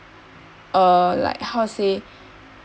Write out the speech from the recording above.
uh like how to say